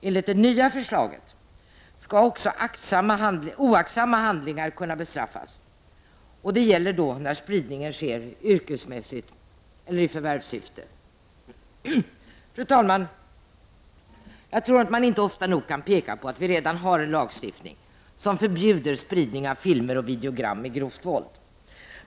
Enligt det nya förslaget skall också oaktsamma handlingar kunna bestraffas, och det gäller då när spridningen sker yrkesmässigt eller i förvärvssyfte. Fru talman! Jag tror att man inte ofta nog kan peka på att vi redan har en lagstiftning som förbjuder spridning av filmer och videogram med grovt våld.